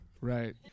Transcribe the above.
Right